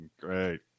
Great